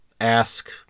ask